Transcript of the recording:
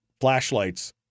flashlights